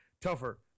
tougher